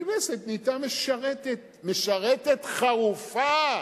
הכנסת הפכה משרתת, משרתת חרופה,